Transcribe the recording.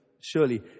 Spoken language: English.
surely